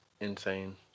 insane